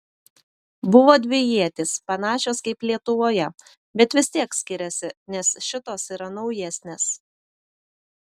buvo dvi ietys panašios kaip lietuvoje bet vis tiek skiriasi nes šitos yra naujesnės